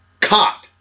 caught